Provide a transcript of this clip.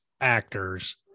actors